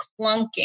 clunking